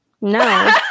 No